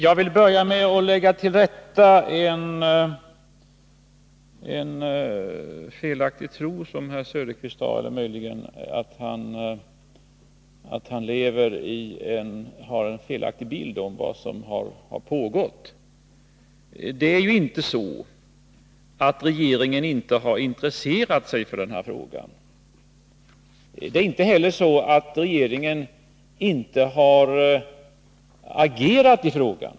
Fru talman! Oswald Söderqvist har en felaktig bild av vad som har skett. Det är inte så att regeringen inte har intresserat sig för denna fråga. Det är inte heller så att regeringen inte har agerat i frågan.